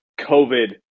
COVID